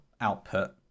output